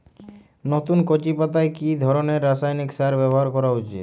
নতুন কচি পাতায় কি ধরণের রাসায়নিক সার ব্যবহার করা উচিৎ?